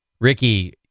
Ricky